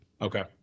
Okay